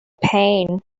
pain